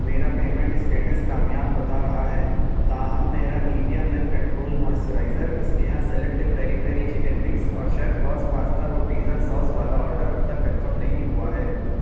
میرا payment status کامیاب بتا رہا ہے تاہم میرا نیویا مین کنٹرول موسچرائزر اسنیہا select peri peri chicken wings اور شیف باس پاستا و پیزا ساس والا آڈر اب تک کنفرم نہیں ہوا ہے